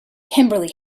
kimberly